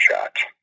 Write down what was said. shots